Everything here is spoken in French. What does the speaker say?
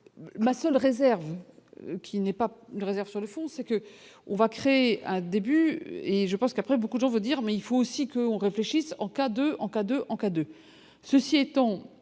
ma seule réserve qui n'est pas une réserve sur le fond, c'est que, on va créer un début et je pense qu'après beaucoup de gens vous dire mais il faut aussi qu'on réfléchisse en cas de en cas de en cas de